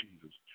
Jesus